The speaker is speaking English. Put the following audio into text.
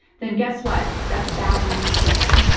then guess what? that's bad news for putin.